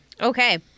Okay